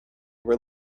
were